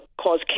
cause